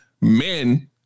men